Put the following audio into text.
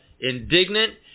indignant